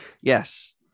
yes